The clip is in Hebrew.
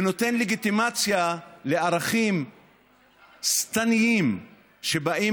ונותן לגיטימציה לערכים שטניים שבאים